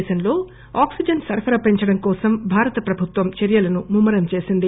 దేశంలో దేశంలో ఆక్పిజన్ సరఫరా పెంచడం కోసం భారత ప్రభుత్వం చర్యలను ముమ్మ రం చేసింది